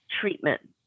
treatment